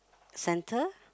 center